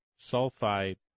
sulfide